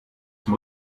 zum